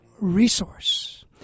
resource